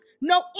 no